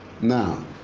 Now